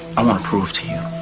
i want to prove to you,